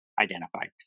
identified